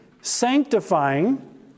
sanctifying